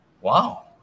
wow